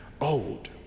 old